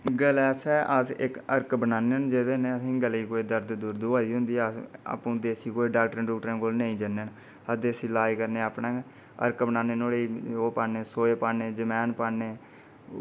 गलै आस्तै अस इक अर्क बनान्ने होन्ने जेह्दै कन्नै असेंगी गलै गी कुदै दर्द दुर्द होआ दी होंदी ते अस आंपू कोई डाक्टरें डूक्टरें कोल नेईं जन्ने हून्ने अस देसी इलाज करनेआं अपने गै अर्क पान्नेआं सोए पानै ते जमैन पान्ने